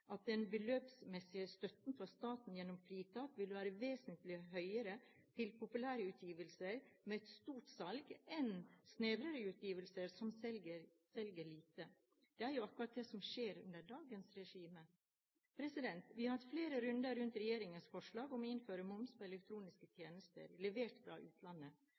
at den beløpsmessige støtten fra staten gjennom fritak vil være vesentlig høyere til populære utgivelser med et stort salg enn snevrere utgivelser som selger lite. Det er jo akkurat det som skjer under dagens regime. Vi har hatt flere runder rundt regjeringens forslag om å innføre moms på elektroniske tjenester levert fra utlandet,